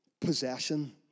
Possession